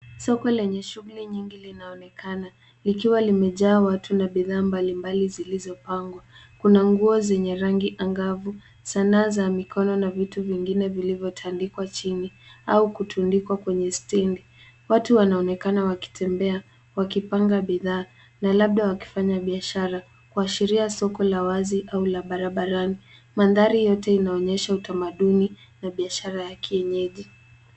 Soko lenye shughuli nyingi linaonekana, likiwa limejaa watu na bidhaa mbalimbali zilizopangwa. Kuna nguo zenye rangi angavu. Sanaa za mikono na vitu vingine vilivyotandikwa chini au kutundikwa kwenye stendi. Watu wanaonekana wakitembea wakipanga bidhaa na labda wakifanya biashara, kuashiria soko la wazi au la barabarani. Mandhari yote inaonyesha utamaduni wa biashara ya kienyeji.